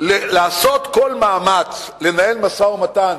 לעשות כל מאמץ לנהל משא-ומתן